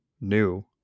new